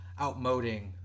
outmoding